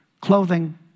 clothing